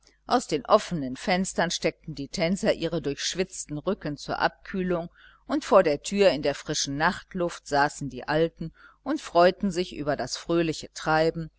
aus den offenen fenstern steckten die tänzer ihre durchschwitzten rücken zur abkühlung und vor der tür in der frischen nachtluft saßen die alten und freuten sich über das fröhliche treiben